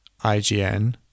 IGN